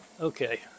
Okay